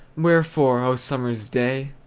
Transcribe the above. wherefore, o summer's day?